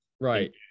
Right